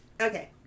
Okay